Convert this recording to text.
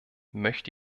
möchte